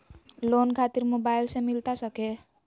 Loan खातिर mobile से मिलता सके?